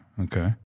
okay